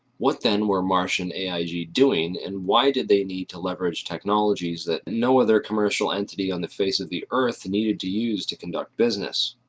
what then were marsh and aig doing? and why did they need to leverage technologies that no other commercial entity on the face of the earth needed to use to conduct business?